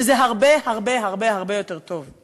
שזה הרבה הרבה הרבה יותר טוב.